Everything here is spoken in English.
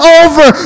over